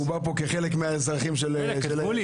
הוא בא פה כחלק מהאזרחים של אשדוד.